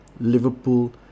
Liverpool